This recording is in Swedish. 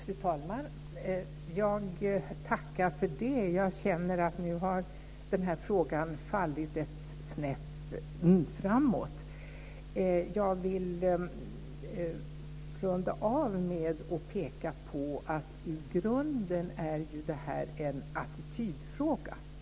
Fru talman! Jag tackar för det. Jag känner att denna fråga nu har kommit ett snäpp framåt. Jag vill runda av med att peka på att detta i grunden ju är en attitydfråga.